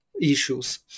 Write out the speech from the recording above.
issues